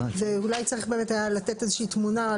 ואולי צריך באמת היה לתת איזה שהיא תמונה,